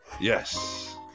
yes